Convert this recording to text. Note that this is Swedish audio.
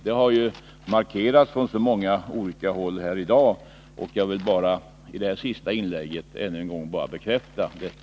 Det har markerats från många olika håll här i dag. Jag vill i detta mitt inlägg bara ännu en gång bekräfta det.